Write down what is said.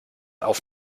auf